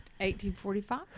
1845